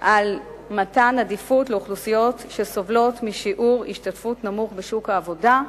על מתן עדיפות לאוכלוסיות שסובלות משיעור השתתפות נמוך בשוק העבודה,